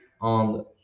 on